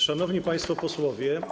Szanowni Państwo Posłowie!